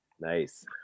Nice